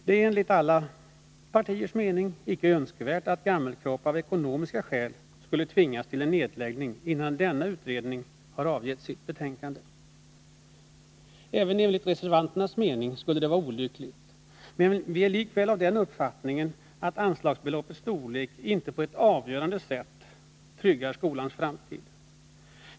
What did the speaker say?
Det är enligt alla partiers mening icke önskvärt att Gammelkroppa av ekonomiska skäl skulle tvingas till en nedläggning innan denna utredning har avgett sitt betänkande. Även enligt reservanternas mening skulle det vara olyckligt, men vi är likväl av den uppfattningen att anslagsbeloppets storlek inte på ett avgörande sätt tryggar skolans framtid.